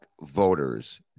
voters